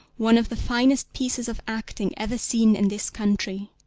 one of the finest pieces of acting ever seen in this country.